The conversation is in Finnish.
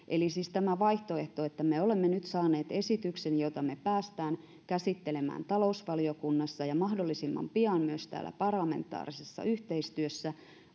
eli siis tämä vaihtoehto että me olemme nyt saaneet esityksen jota päästään käsittelemään talousvaliokunnassa ja mahdollisimman pian myös täällä parlamentaarisessa yhteistyössä